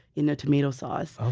in a tomato sauce.